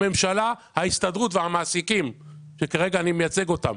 הממשלה, ההסתדרות והמעסיקים שכרגע אני מייצג אותם